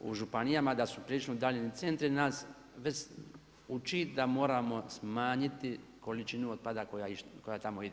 u županijama da su prilično udaljeni centri, nas uči da moramo smanjiti količinu otpada koja tamo ide.